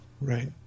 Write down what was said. Right